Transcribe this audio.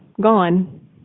gone